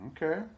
Okay